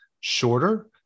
shorter